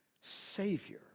Savior